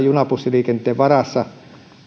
junabussiliikenteen varassa